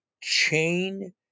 chain